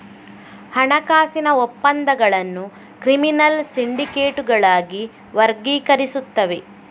ಹಣಕಾಸಿನ ಒಪ್ಪಂದಗಳನ್ನು ಕ್ರಿಮಿನಲ್ ಸಿಂಡಿಕೇಟುಗಳಾಗಿ ವರ್ಗೀಕರಿಸುತ್ತವೆ